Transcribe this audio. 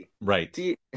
Right